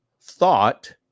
thought